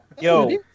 Yo